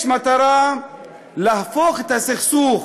יש מטרה לקחת את הסכסוך